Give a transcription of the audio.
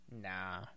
Nah